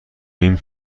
این